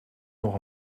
nog